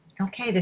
okay